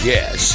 Yes